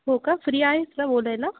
हो का फ्री आहेस ना बोलायला